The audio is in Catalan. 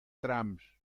trams